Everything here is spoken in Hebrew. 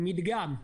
מדגם.